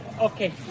Okay